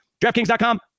draftkings.com